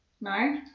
No